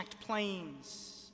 planes